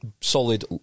solid